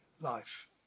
life